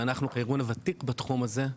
ואנחנו כארגון ותיק בתחום הזה,